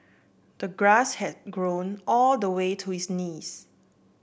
the grass had grown all the way to his knees